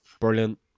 Brilliant